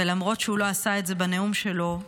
ולמרות שהוא לא עשה את זה בנאום שלו,